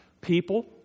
people